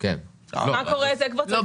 את זה צריך לקבוע בחקיקה.